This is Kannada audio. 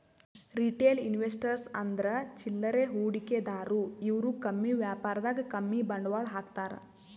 ರಿಟೇಲ್ ಇನ್ವೆಸ್ಟರ್ಸ್ ಅಂದ್ರ ಚಿಲ್ಲರೆ ಹೂಡಿಕೆದಾರು ಇವ್ರು ಕಮ್ಮಿ ವ್ಯಾಪಾರದಾಗ್ ಕಮ್ಮಿ ಬಂಡವಾಳ್ ಹಾಕ್ತಾರ್